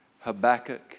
Habakkuk